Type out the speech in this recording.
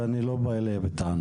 ואני לא בא אליה בטענות.